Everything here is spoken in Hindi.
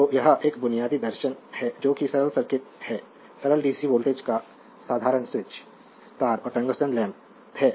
तो यह एक बुनियादी दर्शन है जो कि सरल सर्किट है सरल डीसी वोल्ट एक साधारण स्विच तार और टंगस्टन लैंप है